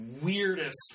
weirdest